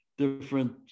different